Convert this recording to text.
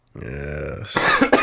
Yes